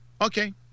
Okay